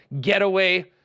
getaway